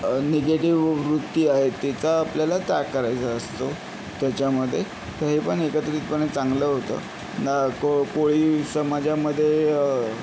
negative वृत्ती आहे त्याचा आपल्याला त्याग करायचा असतो त्याच्यामध्ये तर हे पण एकत्रितपणे चांगलं होतं ना को कोळी समाजामध्ये